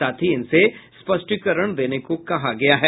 साथ ही इनसे स्पष्टीकरण देने को कहा गया है